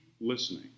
listening